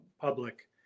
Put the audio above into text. public